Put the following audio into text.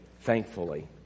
thankfully